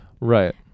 right